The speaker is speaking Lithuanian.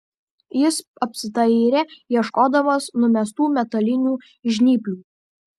jis apsidairė ieškodamas numestų metalinių žnyplių